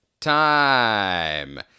time